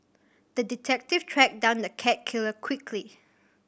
the detective tracked down the cat killer quickly